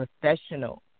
professional